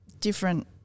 different